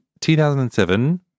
2007